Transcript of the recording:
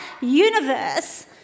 universe